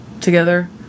together